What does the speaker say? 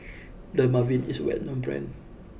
Dermaveen is a well known brand